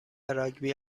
راگبی